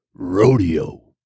Rodeo